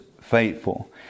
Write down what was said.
faithful